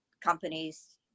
companies